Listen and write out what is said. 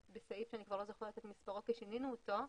בסעיף שאני לא זוכרת את מספרו כי שינינו אותו,